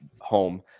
home